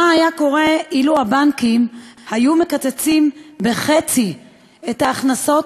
מה היה קורה אילו הבנקים היו מקצצים בחצי את ההכנסות